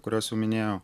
kuriuos jau minėjau